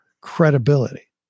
credibility